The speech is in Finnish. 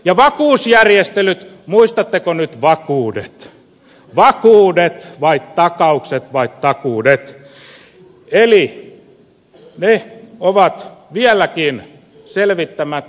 ja vakuusjärjestelyt muistatteko nyt vakuudet vakuudet vai takaukset vai takuudet ne ovat vieläkin selvittämättä